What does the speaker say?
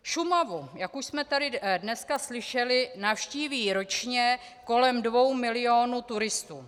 Šumavu, jak už jsme tady dneska slyšeli, navštíví ročně kolem dvou milionů turistů.